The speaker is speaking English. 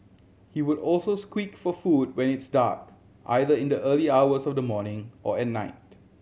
he would also squeak for food when it's dark either in the early hours of the morning or at night